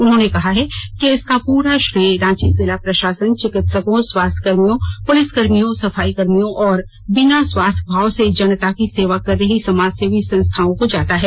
उन्होंने कहा है कि इसका पुरा श्रेय रांची जिला प्रशासन चिकित्सकों स्वास्थ्य कर्मियों पुलिसकर्मियों सफाई कर्मियों और बिना स्वार्थ भाव से जनता की सेवा कर रही समाजसेवी संस्थाओं को जाता है